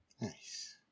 Nice